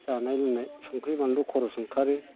जानाय लोंनाय संख्रि बानलु खरस ओंखारो